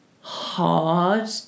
hard